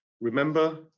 remember